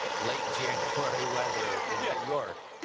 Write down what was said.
late-january weather in new york.